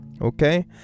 okay